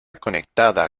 conectada